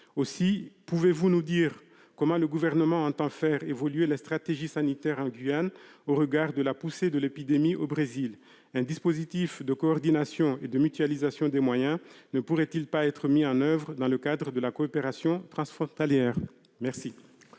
Pouvez-vous nous dire comment le Gouvernement entend faire évoluer la stratégie sanitaire en Guyane, au regard de la poussée de l'épidémie au Brésil ? Un dispositif de coordination et de mutualisation des moyens ne pourrait-il pas être mis en oeuvre, dans le cadre de la coopération transfrontalière ? La